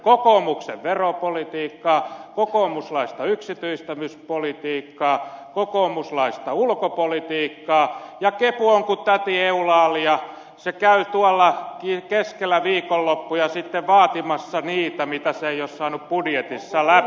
kokoomuksen veropolitiikkaa kokoomuslaista yksityistämispolitiikkaa kokoomuslaista ulkopolitiikkaa ja kepu on kuin täti eulaalia se käy tuolla keskellä viikonloppuja vaatimassa niitä mitä se ei ole saanut budjetissa läpi